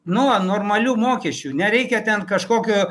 nuo normalių mokesčių nereikia ten kažkokio